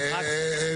שאלה.